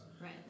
Right